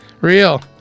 Real